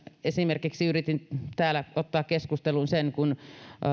esimerkiksi yritin täällä ottaa keskusteluun sen kun